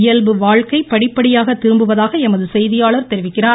இயல்பு வாழ்க்கை படிப்படியாக திரும்புவதாக எமது செய்கியாளர் தெரிவிக்கிறார்